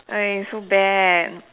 I so bad